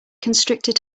constricted